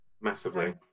massively